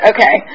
Okay